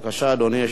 בבקשה, אדוני.